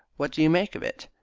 what do you make of it?